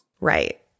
Right